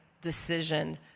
decision